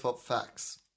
Facts